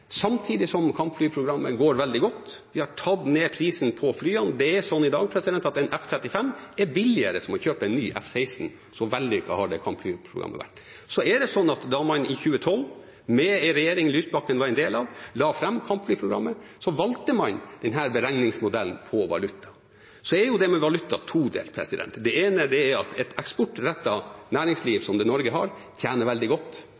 Samtidig går kampflyprogrammet veldig godt. Vi har tatt ned prisen på flyene. Det er sånn i dag at en F-35 er billigere – som å kjøpe en ny F-16. Så vellykket har det kampflyprogrammet vært. Da man i 2012 – med en regjering Lysbakken var en del av – la fram kampflyprogrammet, valgte man denne beregningsmodellen på valuta. Det med valuta er todelt. Det ene er at et eksportrettet næringsliv som det Norge har, tjener veldig godt